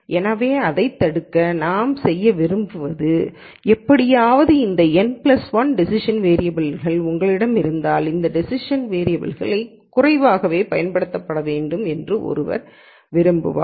எனவே இதைத் தடுக்க நாம் செய்ய விரும்புவது எப்படியாவது இந்த n 1 டேசிஷன் வேரியபல்கள் உங்களிடம் இருந்தாலும் இந்த டேசிஷன் வேரியபல்கள் குறைவாகவே பயன்படுத்தப்பட வேண்டும் என்று ஒருவர் விரும்புவார்